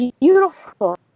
beautiful